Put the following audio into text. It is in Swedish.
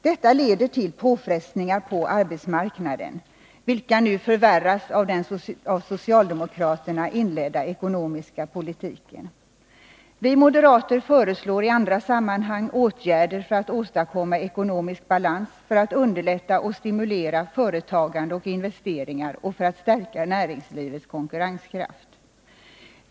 Detta leder till påfrestningar på arbetsmarknaden, vilka förvärras av den av socialdemokraterna nu inledda ekonomiska politiken. Vi moderater föreslår i andra sammanhang åtgärder för att åstadkomma ekonomisk balans, för att underlätta och stimulera företagande och investeringar och för att stärka näringslivets konkurrenskraft.